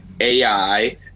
AI